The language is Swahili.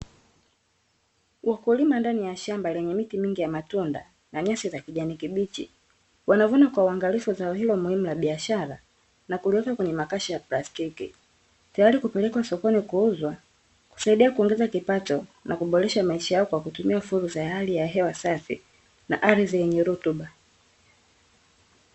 Wakulima ndani ya shamba lenye miti mingi ya matunda na nyasi za kijani kibichi, wanavuna kwa uangalifu zao hilo muhimu la biashara na kuliweka kwenye makasha ya plastiki, tayari kupelekwa sokoni kuuzwa kusaidia kuongeza kipato na kuboresha maisha yao kwa kutumia fursa ya hali ya hewa safi na ardhi yenye rutuba.